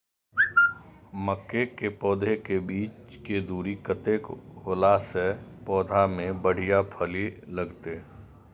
मके के पौधा के बीच के दूरी कतेक होला से पौधा में बढ़िया फली लगते?